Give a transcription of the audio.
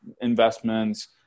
investments